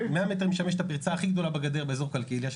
100 מטר משם יש את הפרצה הכי גדולה בגדר באזור קלקיליה,